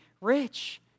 rich